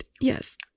yes